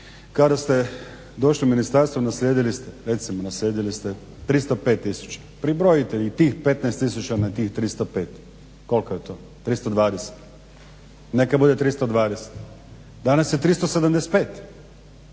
Kada ste došli u ministarstvo naslijedili ste recimo, naslijedili ste 305 tisuća, prebrojite i tih 15 tisuća na tih 305, koliko je to 320. Neka bude 320. Danas je 375,